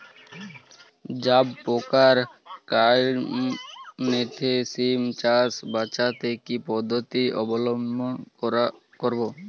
জাব পোকার আক্রমণ থেকে সিম চাষ বাচাতে কি পদ্ধতি অবলম্বন করব?